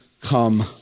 come